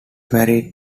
married